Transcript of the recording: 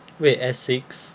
wait Essex